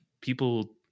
people